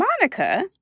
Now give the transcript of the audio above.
Monica